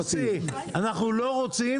יוסי, אנחנו לא רוצים